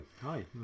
hi